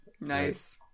Nice